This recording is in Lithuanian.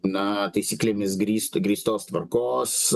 na taisyklėmis grįst grįstos tvarkos